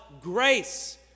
grace